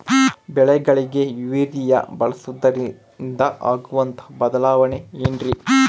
ಬೆಳೆಗಳಿಗೆ ಯೂರಿಯಾ ಬಳಸುವುದರಿಂದ ಆಗುವಂತಹ ಬದಲಾವಣೆ ಏನ್ರಿ?